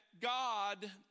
God